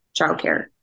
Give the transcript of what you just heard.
childcare